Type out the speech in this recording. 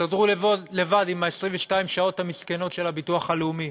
תסתדרו לבד עם 22 השעות המסכנות של הביטוח הלאומי.